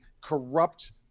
corrupt